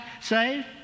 saved